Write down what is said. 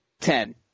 Ten